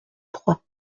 trois